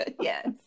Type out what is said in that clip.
Yes